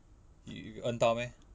you earn 到 meh